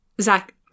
zach